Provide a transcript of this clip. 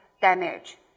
damage